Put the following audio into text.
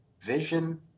vision